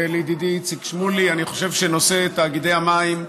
ולידידי איציק שמולי, אני חושב שנושא תאגידי המים,